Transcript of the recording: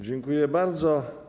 Dziękuję bardzo.